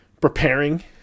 preparing